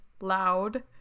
loud